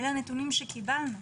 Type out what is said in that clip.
אלה הנתונים שקיבלנו.